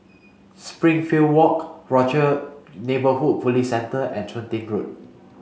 Walk Rochor Neighborhood Police Centre and Chun Tin Road